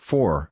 Four